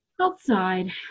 outside